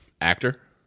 Actor